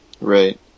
Right